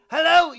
Hello